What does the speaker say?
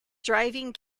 driving